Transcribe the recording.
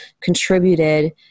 contributed